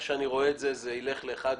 שזה ילך לאחד